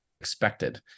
expected